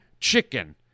chicken